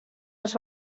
als